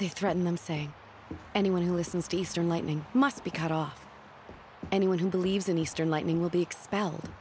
they threaten them saying anyone who listens to eastern lightning must be cut off anyone who believes in eastern lightning will be expelled